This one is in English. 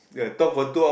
ya talk for two hour